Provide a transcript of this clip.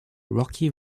rocky